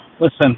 listen